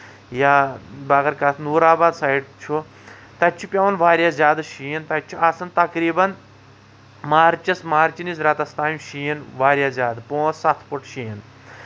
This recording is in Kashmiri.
یا بہٕ اَگر کَتھ نوٗرآباد سایڈ چھُ تَتہِ چھُ پیوان واریاہ زیادٕ شیٖن تَتہِ چھُ آسان تقریٖبَن مارچس مرچہِ کِس رٮ۪تھس تام شیٖن واریاہ زیادٕ برۄنٛہہ پٲنژھ سَتھ پٔھٹ شیٖن